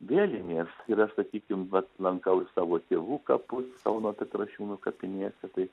vėlinės ir aš sakykim vat lankau savo tėvų kapus kauno petrašiūnų kapinėse tai